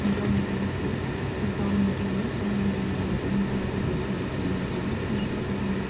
गावनि देहाखौ गावनो दिनै सांग्रां जानानै गावनि देहाखौ जोथोन लाखिनानै जानाय लोंनायफोरखौ जोङो